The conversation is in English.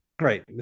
right